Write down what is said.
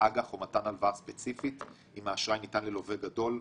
אג"ח או מתן הלוואה ספציפית אם האשראי ניתן ללווה גדול?